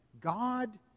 God